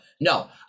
no